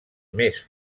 més